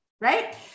Right